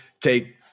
take